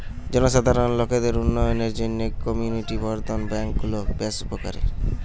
জনসাধারণ লোকদের উন্নয়নের জন্যে কমিউনিটি বর্ধন ব্যাংক গুলো বেশ উপকারী